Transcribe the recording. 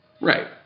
Right